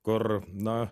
kur na